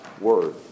word